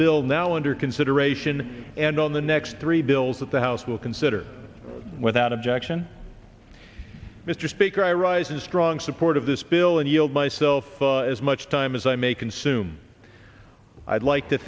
bill now under consideration and on the next three bills that the house will consider without objection mr speaker i rise in strong support of this bill and yield myself as much time as i may consume i'd like to